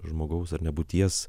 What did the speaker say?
žmogaus ar ne būties